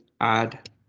add